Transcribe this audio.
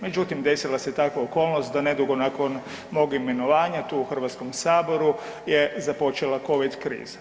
Međutim, desila se takva okolnost da nedugo nakon mog imenovanja tu u HS-u je započela Covid kriza.